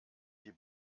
die